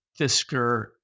Fisker